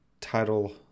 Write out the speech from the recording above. title